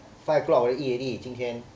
five o'clock eat already 今天